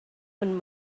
when